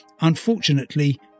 Unfortunately